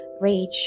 rage